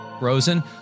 Rosen